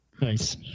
nice